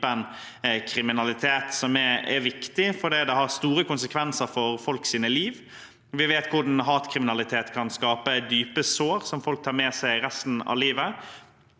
litet er viktig, for dette har store konsekvenser for folks liv. Vi vet hvordan hatkriminalitet kan skape dype sår som folk tar med seg resten av livet.